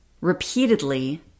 repeatedly